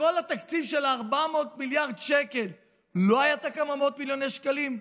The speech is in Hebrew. בכל התקציב של 400 מיליארד שקל לא היה כמה מאות מיליוני שקלים?